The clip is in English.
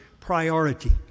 priority